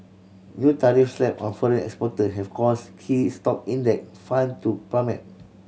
new tariffs slapped on foreign exporter have caused key stock index fund to plummet